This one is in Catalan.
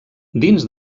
dins